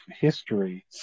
history